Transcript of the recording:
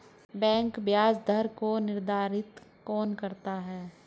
Bank ब्याज दर को निर्धारित कौन करता है?